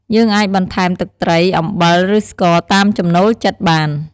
យើងអាចបន្ថែមទឹកត្រី អំបិល ឬស្ករតាមចំណូលចិត្តបាន។